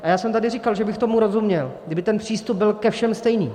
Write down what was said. A já jsem tady říkal, že bych tomu rozuměl, kdyby ten přístup byl ke všem stejný.